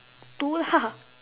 two lah